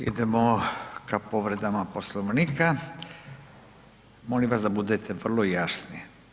Idemo ka povredama Poslovnika, molim vas da budete vrlo jasni.